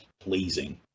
pleasing